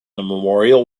memorial